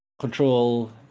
control